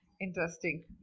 interesting